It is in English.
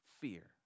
fear